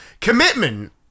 commitment